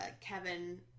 Kevin